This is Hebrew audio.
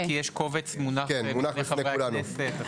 כי יש קובץ מונח בפני חברי הכנסת.